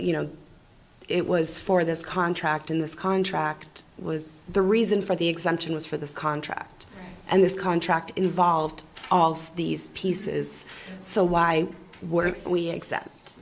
you know it was for this contract in this contract was the reason for the exemption was for this contract and this contract involved all of these pieces so why works we accept